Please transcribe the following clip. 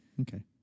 Okay